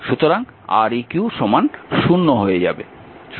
সুতরাং Req 0 হয়ে যাবে